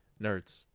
nerds